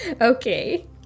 okay